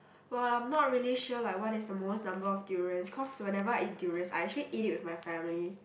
but I'm not really sure like what is the most number of durians cause whenever I eat durians I actually eat it with my family